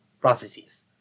processes